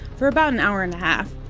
for about an hour and a half.